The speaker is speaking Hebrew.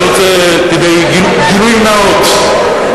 אני רוצה גילוי נאות,